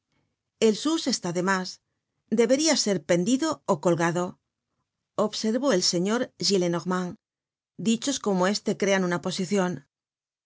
sus está demás deberia ser pendido ó colgado observó el señor gillenormand dichos como este crean una posicion